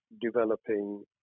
developing